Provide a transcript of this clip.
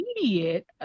immediate